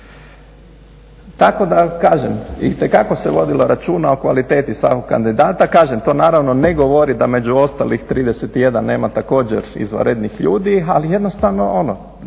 Tako da kažem, itekako se vodilo računa o kvaliteti svakog kandidata. Kažem, to naravno ne govori da među ostalih 31 nema također izvanrednih ljudi, ali jednostavno